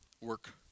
work